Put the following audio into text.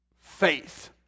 faith